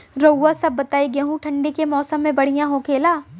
रउआ सभ बताई गेहूँ ठंडी के मौसम में बढ़ियां होखेला?